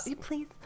Please